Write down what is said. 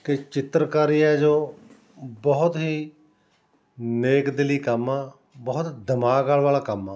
ਕਿ ਚਿੱਤਰਕਾਰੀ ਹੈ ਜੋ ਬਹੁਤ ਹੀ ਨੇਕ ਦਿਲੀ ਕੰਮ ਆ ਬਹੁਤ ਦਿਮਾਗ ਆਉਣ ਵਾਲਾ ਕੰਮ ਆ